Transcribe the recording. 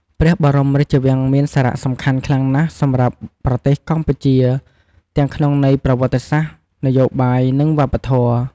ព្រះបរមរាជវាំងមានសារៈសំខាន់ខ្លាំងណាស់សម្រាប់ប្រទេសកម្ពុជា ទាំងក្នុងន័យប្រវត្តិសាស្ត្រ នយោបាយ និងវប្បធម៌។